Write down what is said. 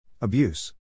Abuse